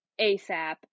ASAP